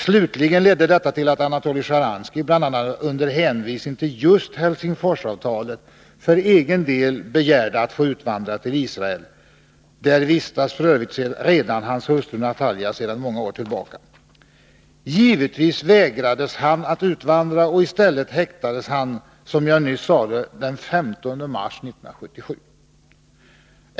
Slutligen ledde detta till att bl.a. Anatoly Sjtjaranskij, under hänvisning till just Helsingforsavtalet, för egen del begärde att få utvandra till Israel. Där vistas f. ö. hans hustru Natalja sedan många år. Givetvis vägrades han att utvandra. I stället häktades han, som jag nyss sade, den 15 mars 1977.